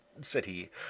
said he.